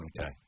Okay